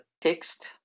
text